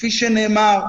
כפי שנאמר,